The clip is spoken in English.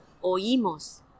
oímos